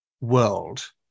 world